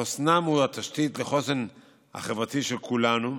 חוסנם הוא התשתית לחוסן החברתי של כולנו.